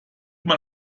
mal